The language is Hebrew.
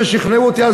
שכנעו אותי.